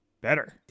better